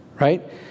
right